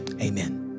Amen